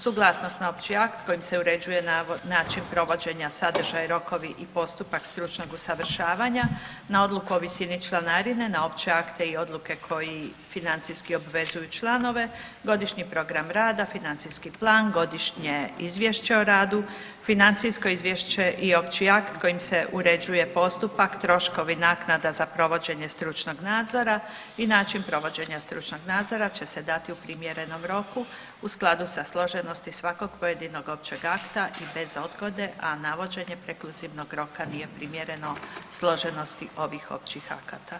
Suglasnost na opći akt kojim se uređuje način provođenja, sadržaj, rokovi i postupak stručnog usavršavanja, na odluku o visini članarine, na opće akte i odluke koji financijski obvezuju članove, godišnji program rada, financijski plan, godišnje izvješće o radu, financijsko izvješće i opći akt kojim se uređuje postupak, troškovi, naknada za provođenje stručnog nadzora i način provođenja stručnog nadzora će se dati u primjerenom roku u skladu sa složenosti svakog pojedinog općeg akta i bez odgode, a navođenje prekluzivnog roka nije primjereno složenosti ovih općih akata.